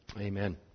Amen